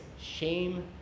shame